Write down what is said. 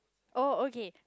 oh okay